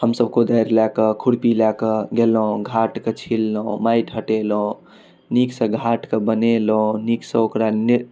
हमसभ कोदारि लऽ कऽ खुरपी लऽ कऽ गेलहुँ घाटके छिललहुँ माटि हटेलहुँ नीकसँ घाटके बनेलहुँ नीकसँ ओकरा निप